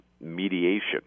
mediation